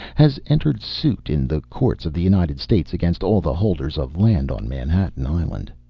has entered suit in the courts of the united states against all the holders of land on manhattan island.